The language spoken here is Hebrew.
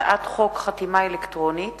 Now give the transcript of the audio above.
הצעת חוק חתימה אלקטרונית